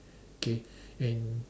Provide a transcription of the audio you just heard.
okay and